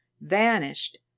vanished